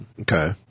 Okay